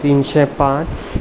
तिनशें पांच